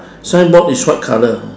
signboard is white colour